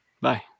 Bye